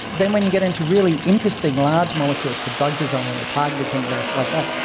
then when you get into really interesting large molecules for drug design or targeted things like that,